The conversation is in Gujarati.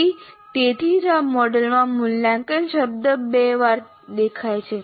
તેથી તેથી જ આ મોડેલમાં મૂલ્યાંકન શબ્દ બે વાર દેખાય છે